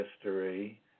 history